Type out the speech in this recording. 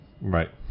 Right